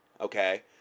Okay